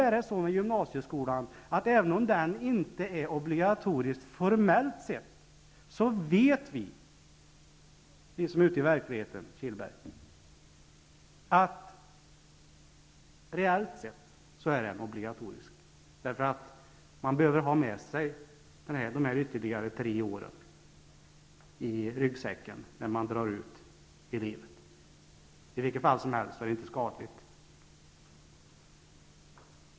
Även om gymnasieskolan inte är obligatorisk formellt sett, vet vi som är ute i verkligenhet, herr Kihlberg, att den reellt sett är obligatorisk. Man behöver ha med sig dessa ytterligare tre år i gymnasieskolan i ryggsäcken när man drar ut i livet. I vilket fall som helst är det inte skadligt.